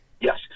Yes